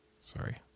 sorry